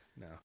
No